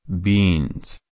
Beans